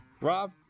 Rob